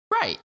right